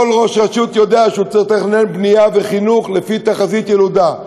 כל ראש רשות יודע שהוא צריך לתכנן בנייה וחינוך לפי תחזית ילודה.